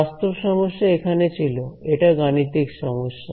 বাস্তব সমস্যা এখানে ছিল এটা গাণিতিক সমস্যা